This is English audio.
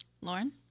Lauren